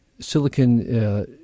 Silicon